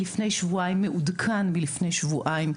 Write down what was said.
מעודכן מלפני שבועיים,